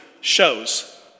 shows